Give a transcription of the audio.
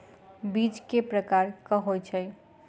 बीज केँ प्रकार कऽ होइ छै?